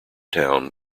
town